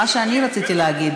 מה שאני רציתי להגיד,